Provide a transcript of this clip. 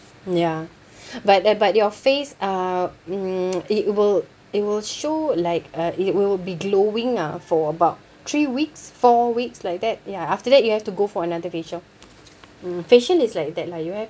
ya but uh but your face uh mm it will it will show like uh it will be glowing ah for about three weeks four weeks like that ya after that you have to go for another facial mm facial is like that lah you have